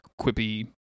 quippy